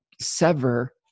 sever